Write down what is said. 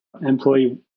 Employee